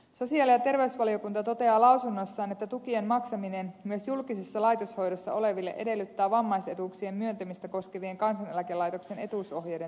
sosiaali ja terveysvaliokunta toteaa lausunnossaan että tukien maksaminen myös julkisessa laitoshoidossa oleville edellyttää vammaisetuuksien myöntämistä koskevien kansaneläkelaitoksen etuusohjeiden tarkistamista